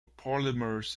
polymers